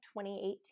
2018